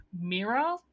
mirror